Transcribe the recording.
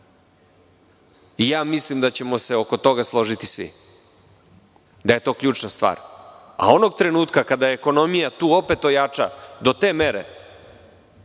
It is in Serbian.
Mislim da ćemo se oko toga svi složiti, da je to ključna stvar. Onog trenutka kada ekonomija tu opet ojača do te mere